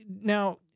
Now